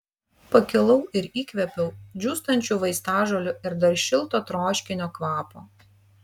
pakilau ir įkvėpiau džiūstančių vaistažolių ir dar šilto troškinio kvapo